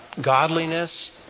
godliness